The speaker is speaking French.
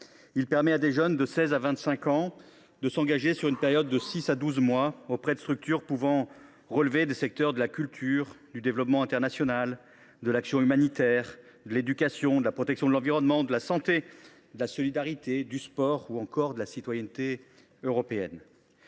Il permet à des jeunes de 16 à 25 ans de s’engager, pendant une période de six à douze mois, auprès de structures pouvant relever des secteurs de la culture, du développement international, de l’action humanitaire, de l’éducation, de la protection de l’environnement, de la santé, de la solidarité, du sport ou encore de la citoyenneté européenne.